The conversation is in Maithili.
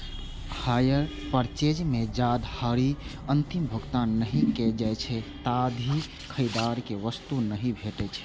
हायर पर्चेज मे जाधरि अंतिम भुगतान नहि कैल जाइ छै, ताधरि खरीदार कें वस्तु नहि भेटै छै